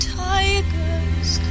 tigers